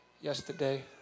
yesterday